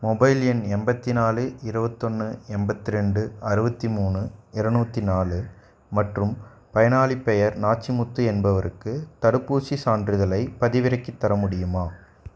mobile எண் எண்பத்தி நாலு இருபத்தொன்னு எண்பத்து ரெண்டு அறுபத்தி மூணு இருநூத்தி நாலு மற்றும் பயனாளிப் பெயர் நாச்சிமுத்து என்பவருக்கு தடுப்பூசிச் சான்றிதழைப் பதிவிறக்கித் தர முடியுமா